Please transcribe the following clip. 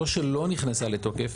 זו שלא נכנסה לתוקף,